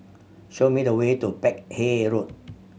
show me the way to Peck Hay Road